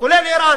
כולל אירן,